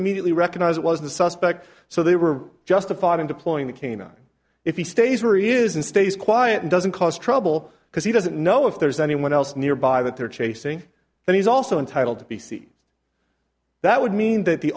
immediately recognize it was the suspect so they were justified in deploying the canine if he stays where is and stays quiet and doesn't cause trouble because he doesn't know if there's anyone else nearby that they're chasing and he's also entitled to b c that would mean that the